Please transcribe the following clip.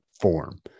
form